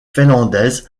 finlandaise